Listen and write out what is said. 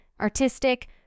artistic